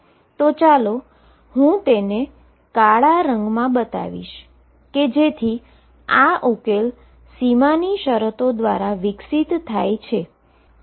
તો ચાલો હું તેને કાળા રંગમાં બતાવીશ કે જેથી આ ઉકેલ બાઉન્ડ્રી કન્ડીશન દ્વારા વિકસિત થાય છે